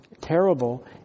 terrible